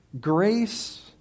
grace